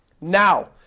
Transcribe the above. Now